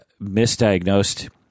misdiagnosed